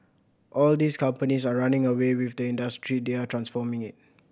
all these companies are running away with the industry they are transforming it